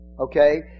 Okay